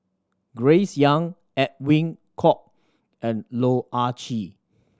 Grace Young Edwin Koek and Loh Ah Chee